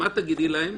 מה תגידי להם?